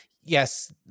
Yes